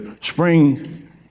spring